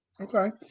Okay